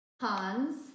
Hans